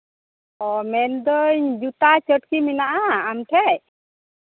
ᱚ ᱢᱮᱱᱫᱟᱹᱧ ᱡᱩᱛᱟᱹ ᱪᱟᱹᱴᱠᱤ ᱢᱮᱱᱟᱜᱼᱟ ᱟᱢ ᱴᱷᱮᱱ